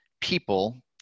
people